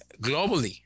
globally